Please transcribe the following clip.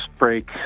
break